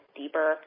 deeper